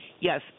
yes